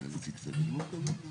אדוני, לא הספקתי להגיב לנושא הזה.